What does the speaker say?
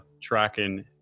tracking